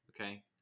Okay